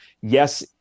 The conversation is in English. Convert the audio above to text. Yes